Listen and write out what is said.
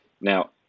Now